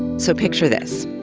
so picture this.